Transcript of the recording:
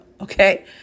okay